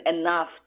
enough